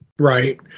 Right